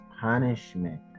punishment